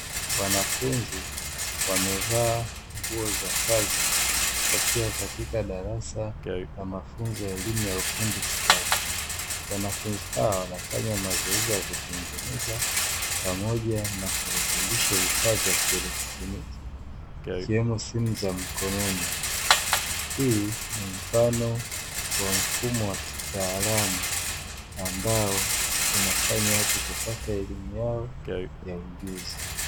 Wanafunzi wamevaa nguo za kazi wakiwa katika darasa la mafunzo ya elimu stadi wanafunzi hawa wanafanya mazoezi ya kutengeneza pamoja na vifaa vya kieletroniki, ikiwemo simu za mkononi. Hii ni mfano wa mfumo wa kitaalamu ambao unafanya watu kupata elimu yao ya ujuzi.